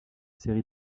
série